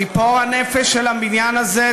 ציפור הנפש של הבניין הזה,